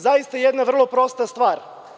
Zaista jedna vrlo prosta stvar.